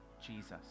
Jesus